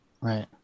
Right